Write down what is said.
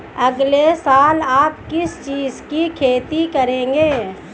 अगले साल आप किस चीज की खेती करेंगे?